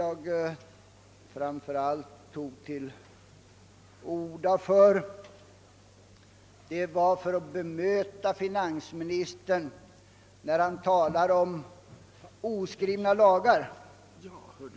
Jag tog emellertid framför allt till orda för att bemöta finansministerns tal om oskrivna lagar.